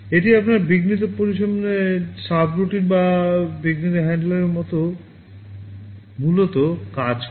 এটি আপনার বিঘ্নিত পরিষেবা সাবরুটাইন বা বিঘ্নিত হ্যান্ডলারের মতো মূলত কাজ করে